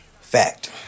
fact